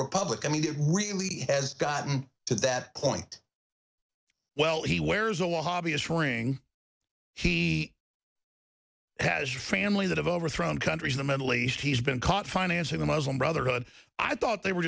republic i mean it really has gotten to that point well he wears a lot hobbyist ring he has family that have overthrown countries in the middle east he's been caught financing the muslim brotherhood i thought they were